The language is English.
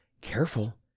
careful